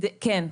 כן.